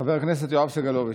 חבר הכנסת יואב סגלוביץ',